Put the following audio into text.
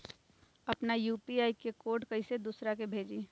अपना यू.पी.आई के कोड कईसे दूसरा के भेजी?